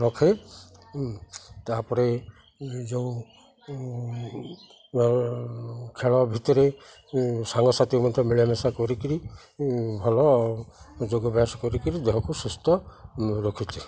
ରଖେ ତା'ପରେ ଯେଉଁ ଖେଳ ଭିତରେ ସାଙ୍ଗସାଥି ମଧ୍ୟ ମିଳାମିଶା କରିକିରି ଭଲ ଯୋଗ ଅଭ୍ୟାସ କରିକିରି ଦେହକୁ ସୁସ୍ଥ ରଖିଛି